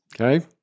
Okay